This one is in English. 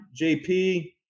JP